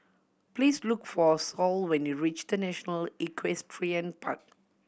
please look for Saul when you reach The National Equestrian Park